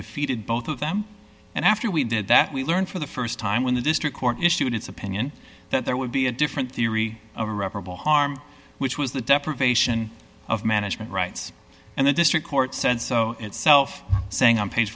defeated both of them and after we did that we learned for the st time when the district court issued its opinion that there would be a different theory of irreparable harm which was the deprivation of management rights and the district court said so itself saying